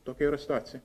tokia yra situacija